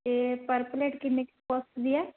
ਅਤੇ ਪਰ ਪਲੇਟ ਕਿੰਨੇ ਕੁ ਕੋਸਟ ਦੀ ਹੈ